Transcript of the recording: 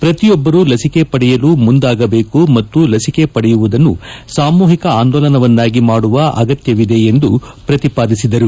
ಪ್ರತಿಯೊಬ್ಲರು ಲಸಿಕೆ ಪಡೆಯಲು ಮುಂದಾಗಬೇಕು ಮತ್ತು ಲಸಿಕೆ ಪಡೆಯುವುದನ್ನು ಸಾಮೂಹಿಕ ಆಂದೋಲನವನ್ನಾಗಿ ಮಾಡುವ ಅಗತ್ಯವಿದೆ ಎಂದು ಪ್ರತಿಪಾದಿಸಿದರು